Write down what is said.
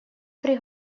при